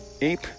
Ape